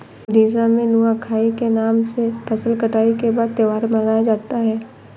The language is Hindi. उड़ीसा में नुआखाई के नाम से फसल कटाई के बाद त्योहार मनाया जाता है